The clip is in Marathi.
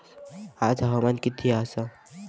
आज हवामान किती आसा?